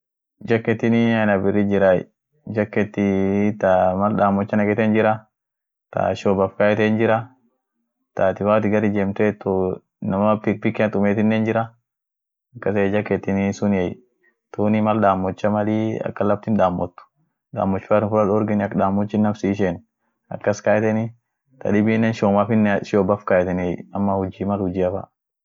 Woyanii mal bisaan dikenoa kaayeten. woyan sun biriai, mal bisaan daakenoa woyan kaayet sun woyan sun biriai. ta chachareko ta surwaaliat jira ta surwaali indania, suun jira, aminenii ta iranaant jira ak vestia jirti, dumii won mataat kayeteent jira ta harkiit neketeniit jira duum bisaanin daaket. ta muhimuan surwaliaf iyo fulaana, chachareko daawoteniit.